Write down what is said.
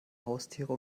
haustiere